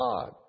God